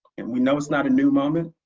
we know it's not a new moment,